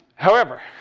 however,